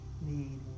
need